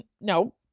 No